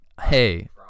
hey